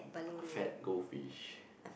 fat goldfish